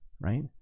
right